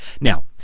Now